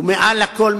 ומעל לכול,